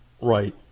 Right